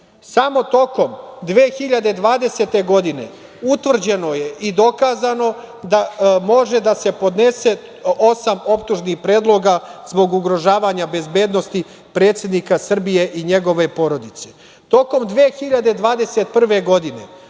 tokom 2020. godine utvrđeno je i dokazano da može da se podnese osam optužnih predloga zbog ugrožavanja bezbednosti predsednika Srbije i njegove porodice.